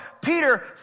Peter